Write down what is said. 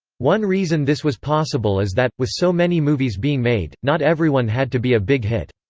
one reason this was possible is that, with so many movies being made, not everyone had to be a big hit.